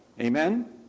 Amen